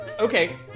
Okay